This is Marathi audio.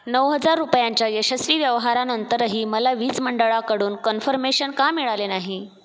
नऊ हजार रुपयांच्या यशस्वी व्यवहारानंतरही मला वीज मंडळाकडून कन्फर्मेशन का मिळाले नाही